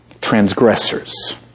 transgressors